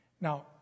Now